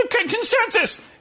consensus